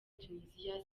tunisia